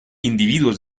individuos